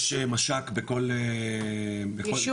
יש מש"ק בכל מועצה,